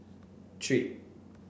three